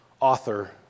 author